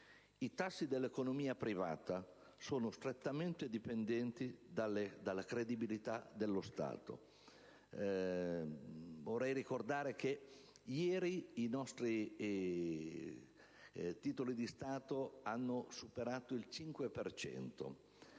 I tassi dell'economia privata sono strettamente dipendenti dalla credibilità dello Stato. Vorrei ricordare che ieri il rendimento dei nostri titoli di Stato ha superato il 5